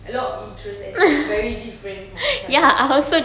a lot of interests and it's very different from each other